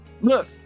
Look